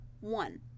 One